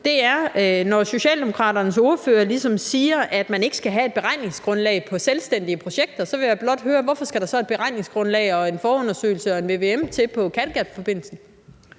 til, er: Når Socialdemokraternes ordfører ligesom siger, at man ikke skal have et beregningsgrundlag for selvstændige projekter, så vil jeg blot høre, hvorfor der skal et beregningsgrundlag og en forundersøgelse og en vvm-undersøgelse til i forbindelse